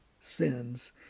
sins